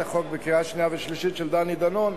חוק לקריאה שנייה ושלישית של דני דנון.